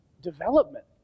development